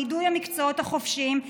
נידוי המקצועות החופשיים,